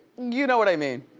you know what i mean.